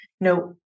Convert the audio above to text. No